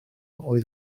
oedd